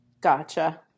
gotcha